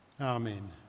Amen